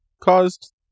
caused